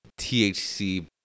THC